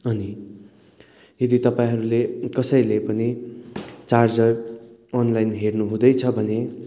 अनि यदि तपाईँहरूले कसैले पनि चार्जर अनलाइन हेर्नुहुँदैछ भने